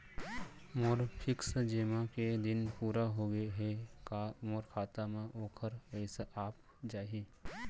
मोर fix जेमा के दिन पूरा होगे हे का मोर खाता म वोखर पइसा आप जाही?